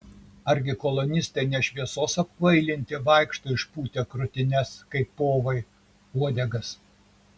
argi kolonistai ne šviesos apkvailinti vaikšto išpūtę krūtines kaip povai uodegas